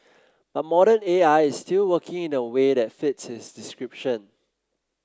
but modern A I is still working in a way that fits his description